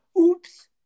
Oops